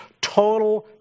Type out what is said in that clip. total